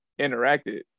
interacted